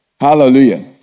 Hallelujah